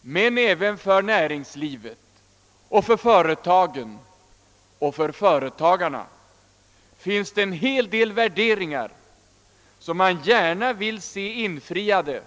Men även för näringslivet, för företagen och företagarna, finns det en hel del värderingar som man gärna vill se förverkligade